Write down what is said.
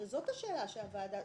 הרי זאת השאלה שהוועדה,